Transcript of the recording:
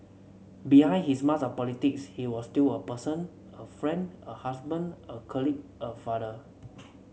behind his mask of politics he was still a person a friend a husband a colleague a father